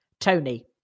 Tony